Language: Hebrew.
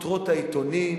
לכותרות העיתונים,